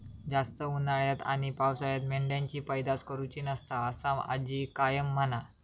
जास्त उन्हाळ्यात आणि पावसाळ्यात मेंढ्यांची पैदास करुची नसता, असा आजी कायम म्हणा